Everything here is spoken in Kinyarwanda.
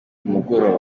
mugoroba